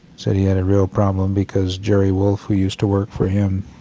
said he had a real problem, because jerry wolff who used to work for him